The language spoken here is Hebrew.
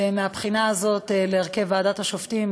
מהבחינה הזאת להרכב ועדת השופטים אם